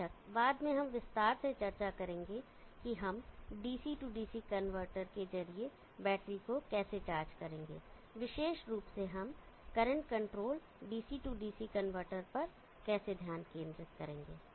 बेशक बाद में हम विस्तार से चर्चा करेंगे कि हम DC DC कनवर्टर के जरिए बैटरी को कैसे चार्ज करेंगे विशेष रूप से हम current control DC DC converter पर कैसे ध्यान केंद्रित करेंगे